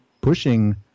pushing